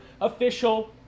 official